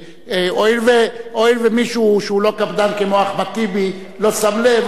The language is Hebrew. והואיל ומישהו שהוא לא קפדן כמו אחמד טיבי לא שם לב,